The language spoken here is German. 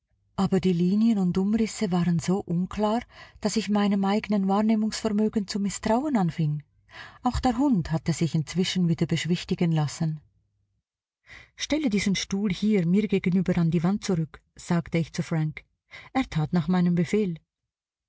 aber die linien und umrisse waren so unklar daß ich meinem eignen wahrnehmungsvermögen zu mißtrauen anfing auch der hund hatte sich inzwischen wieder beschwichtigen lassen stelle diesen stuhl hier mir gegenüber an die wand zurück sagte ich zu frank er tat nach meinem befehl